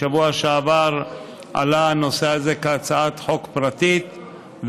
בשבוע שעבר עלה הנושא הזה כהצעת חוק פרטית,